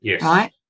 right